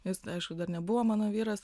jis aišku dar nebuvo mano vyras